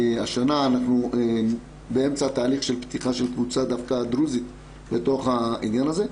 השנה אנחנו באמצע התהליך של פתיחתה של קבוצה דרוזית לתוך העניין הזה,